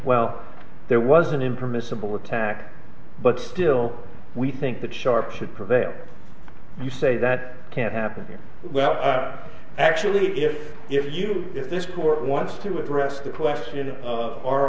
well there was an impermissible attack but still we think that sharp should prevail you say that can't happen without actually if if you this court wants to address the question of our